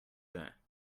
there